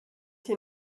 hier